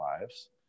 lives